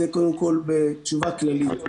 זה קודם כול בתשובה כללית.